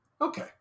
Okay